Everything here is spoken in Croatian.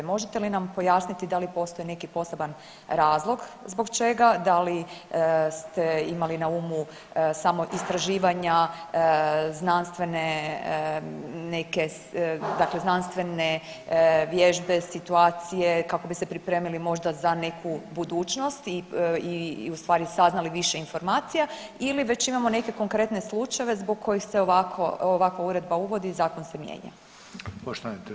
Možete li nam pojasniti da li postoji neki poseban razlog zbog čega, da li ste imali na umu samo istraživanja, znanstvene neke, dakle znanstvene vježbe, situacije, kako bi se pripremili možda za neku budućnost i u stvari saznali više informacija ili već imamo neke konkretne slučajeve zbog kojih se ovako, ovakva uredba uvodi i zakon se mijenja?